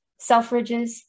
Selfridges